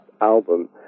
album